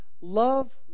Love